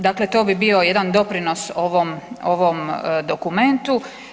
Dakle, to bi bio jedan doprinos ovom dokumentu.